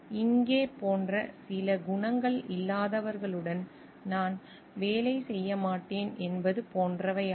இங்கே போன்ற சில குணங்கள் இல்லாதவர்களுடன் நான் வேலை செய்ய மாட்டேன் என்பது போன்றவையாகும்